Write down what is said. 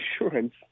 insurance